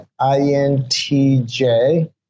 INTJ